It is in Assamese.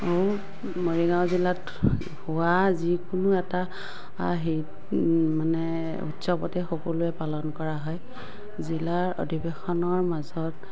আৰু মৰিগাঁও জিলাত হোৱা যিকোনো এটা হেৰি মানে উৎসৱতে সকলোৱে পালন কৰা হয় জিলাৰ অধিৱেশনৰ মাজত